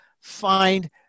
find